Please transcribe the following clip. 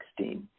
2016